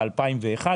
ב-2001,